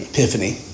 Epiphany